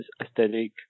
aesthetic